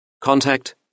Contact